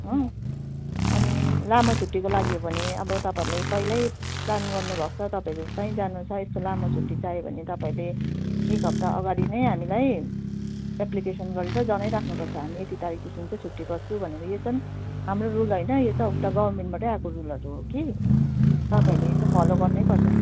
हो अनि लामो छुट्टीको लागि हो भने अब तपाईँहरूले पहिल्यै प्लान गर्नुभएको छ तपाईँ कहीँ जानु छ यस्तो लामो छुट्टी चाहियो भने तपाईँले एक हप्ता अगाडि नै हामीलाई एप्लिकेसन गरेर जनाइराख्नु पर्छ हामी यति तारिकदेखि चाहिँ छुट्टी बस्छु भनेर यो चाहिँ हाम्रो रुल होइन यो चाहिँ उता गभर्मेन्टबाटै आएको रुलहरू हो कि तपाईँहरूले त्यो फलो गर्नैपर्छ